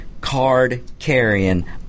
card-carrying –